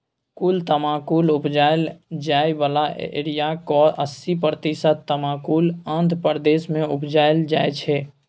कुल तमाकुल उपजाएल जाइ बला एरियाक अस्सी प्रतिशत तमाकुल आंध्र प्रदेश मे उपजाएल जाइ छै